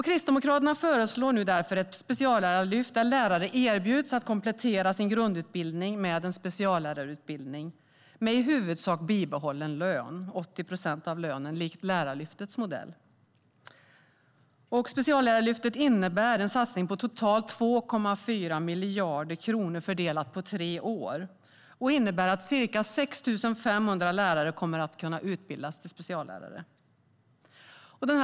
Kristdemokraterna föreslår därför ett speciallärarlyft där lärare erbjuds att komplettera sin grundutbildning med en speciallärarutbildning med i huvudsak bibehållen lön, 80 procent av lönen, likt Lärarlyftets modell. Speciallärarlyftet innebär en satsning på totalt 2,4 miljarder kronor fördelat på tre år och innebär att ca 6 500 lärare kommer att kunna utbildas till speciallärare.